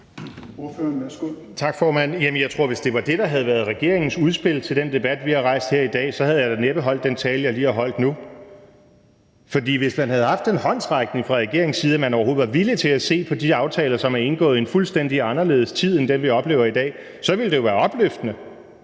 hvis det var det, der havde været regeringens udspil til den debat, vi har rejst her i dag, havde jeg da næppe holdt den tale, jeg lige har holdt nu. For hvis man havde haft den håndsrækning fra regeringens side, at den overhovedet var villig til at se på de aftaler, som er indgået i en fuldstændig anderledes tid end den, vi oplever i dag, ville det jo være opløftende.